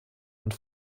und